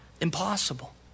Impossible